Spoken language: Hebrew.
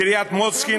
קריית-מוצקין,